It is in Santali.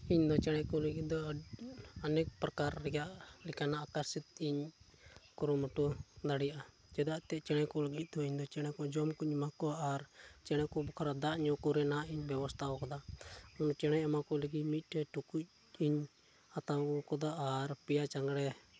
ᱤᱧᱫᱚ ᱪᱮᱬᱮ ᱠᱚ ᱞᱟᱹᱜᱤᱫ ᱫᱚ ᱚᱱᱮᱠ ᱯᱨᱚᱠᱟᱨ ᱨᱮᱭᱟᱜ ᱞᱮᱠᱟᱱᱟᱜ ᱚᱠᱟᱨᱥᱤᱫ ᱤᱧ ᱠᱩᱨᱩᱢᱩᱴᱩ ᱫᱟᱲᱮᱭᱟᱜᱼᱟ ᱪᱮᱫᱟᱜ ᱥᱮ ᱪᱮᱬᱮ ᱠᱚ ᱞᱟᱹᱜᱤᱫ ᱫᱚ ᱤᱧᱫᱚ ᱪᱮᱬᱮ ᱡᱚᱢ ᱠᱚᱧ ᱮᱢᱟ ᱠᱚᱣᱟ ᱟᱨ ᱪᱮᱬᱮ ᱠᱚ ᱵᱟᱠᱷᱨᱟ ᱫᱟᱜ ᱧᱩ ᱠᱚᱨᱮᱱᱟᱜ ᱤᱧ ᱵᱮᱵᱚᱥᱛᱷᱟ ᱟᱠᱟᱫᱟ ᱪᱮᱬᱮ ᱮᱢᱟ ᱠᱚ ᱞᱟᱹᱜᱤᱫ ᱢᱤᱫᱴᱟᱝ ᱴᱩᱠᱩᱡ ᱤᱧ ᱦᱟᱛᱟᱣ ᱟᱹᱜᱩ ᱟᱠᱟᱫᱟ ᱟᱨ ᱯᱮᱭᱟ ᱪᱟᱝᱲᱮ